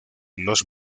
los